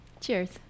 Cheers